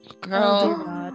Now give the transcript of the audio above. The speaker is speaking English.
girl